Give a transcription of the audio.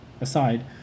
aside